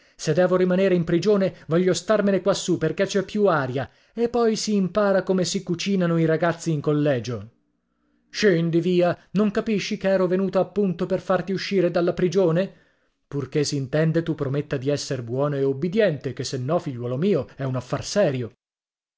se devo rimanere in prigione voglio starmene quassù perché c'è più aria e poi si impara come si cucinano i ragazzi in collegio scendi via non capisci che ero venuta appunto per farti uscire dalla prigione purché s'intende tu prometta di essere buono e ubbidiente ché se no figliuolo mio è un affar serio